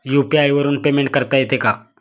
UPI वरून payment करता येते का?